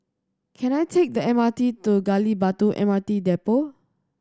can I take the M R T to Gali Batu M R T Depot